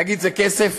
תגיד, זה כסף?